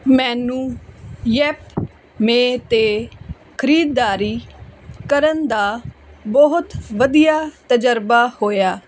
ਮੈਨੂੰ ਯੈਪਮੇ 'ਤੇ ਖਰੀਦਦਾਰੀ ਕਰਨ ਦਾ ਬਹੁਤ ਵਧੀਆ ਤਜ਼ਰਬਾ ਹੋਇਆ